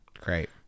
Great